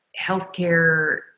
healthcare